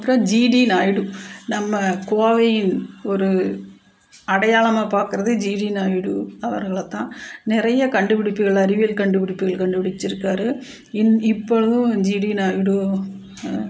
அப்றம் ஜி டி நாயுடு நம்ம கோவையின் ஒரு அடையாளமாக பாக்கிறது ஜி டி நாயுடு அவர்களைத்தான் நிறைய கண்டுபிடிப்புகள் அறிவியல் கண்டுபிடிப்புகளை கண்டு பிடிச்சிருக்காரு இப்போ ஜி டி நாயுடு